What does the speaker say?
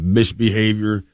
misbehavior